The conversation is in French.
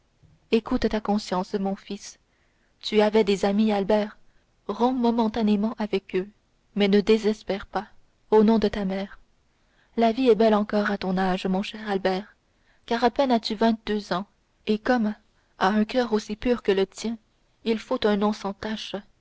écoute ta conscience mon fils tu avais des amis albert romps momentanément avec eux mais ne désespère pas au nom de ta mère la vie est belle encore à ton âge mon cher albert car à peine as-tu vingt-deux ans et comme à un coeur aussi pur que le tien il faut un nom sans tache